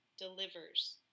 delivers